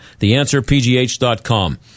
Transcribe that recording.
Theanswerpgh.com